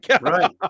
right